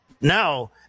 now